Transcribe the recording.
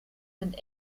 sind